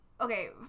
okay